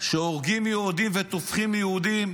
שבהם הורגים יהודים וטובחים יהודים